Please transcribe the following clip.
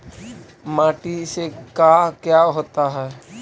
माटी से का क्या होता है?